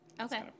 Okay